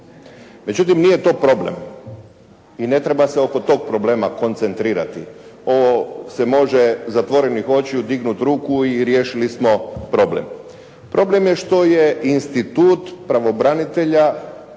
Međutim, nije to problem i ne treba se oko tog problema koncentrirati. Ovo se može zatvorenih očiju dignuti ruku i riješili smo problem. Problem je što je institut pravobranitelja